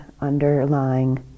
underlying